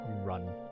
run